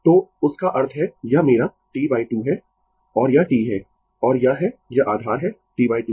तो उसका अर्थ है यह मेरा T 2 है और यह T है और यह है यह आधार है T 2